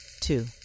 two